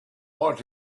want